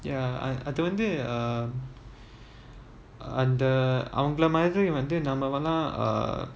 ya அது வந்து அந்த அவங்கள மாதிரி வந்து நம்மள:athu vanthu antha avangala maathiri vanthu nammala